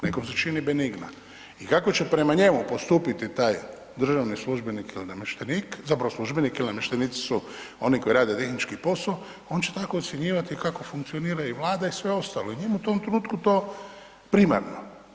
Nekom se čini benigno i kako će prema njemu postupiti taj državni službenik ili namještenik zapravo službenik jer namještenici su oni koji rade tehnički poso, on će tako ocjenjivati kako funkcionira vlada i sve ostalo i njemu to u tom trenutku to primarno.